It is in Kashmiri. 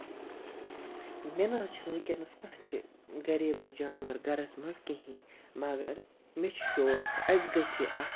مےٚ نہ حظ چھُ نہٕ ؤنکیٚنس کانہہ تہِ گریلوٗ جانور گرَس منٛز کِہینۍ مَگر مےٚ چھُ شوق اَسہِ گژھِ ہا اکھ